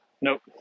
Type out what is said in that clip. nope